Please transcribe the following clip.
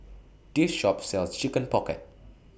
This Shop sells Chicken Pocket